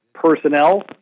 personnel